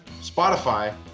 Spotify